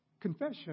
Confession